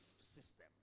system